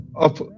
up